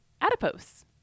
Adipose